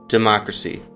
Democracy